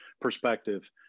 perspective